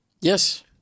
Yes